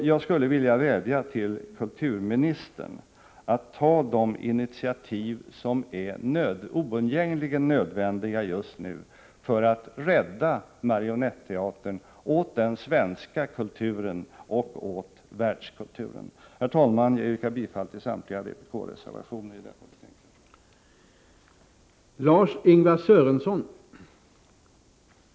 Jag skulle vilja vädja till kulturministern att ta de initiativ som är oundgängligen nödvändiga just nu för att rädda Marionetteatern åt den svenska kulturen och åt världskulturen. Herr talman! Jag yrkar bifall till samtliga vpk-reservationer i detta betänkande.